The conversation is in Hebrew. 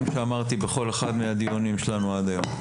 שאמרתי בכל אחד מהדיונים שלנו עד היום,